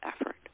effort